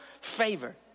favor